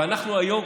ואנחנו היום,